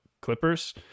Clippers